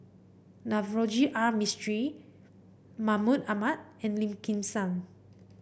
Navroji R Mistri Mahmud Ahmad and Lim Kim San